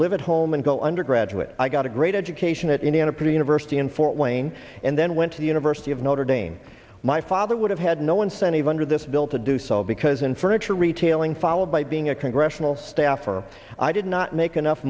live at home and go undergraduate i got a great education at indiana pretty university in fort wayne and then went to the university of notre dame my father would have had no incentive under this bill to do so because in furniture retailing followed by being a congressional staffer i did not make enough